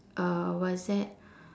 uh what is that